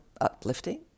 uplifting